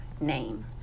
name